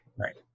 Right